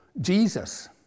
Jesus